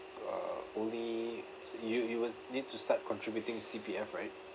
uh only you you will need to start contributing to C_P_F right